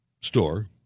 store